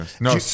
No